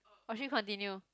oh actually continue